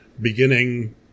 beginning